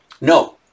No